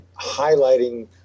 highlighting